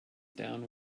down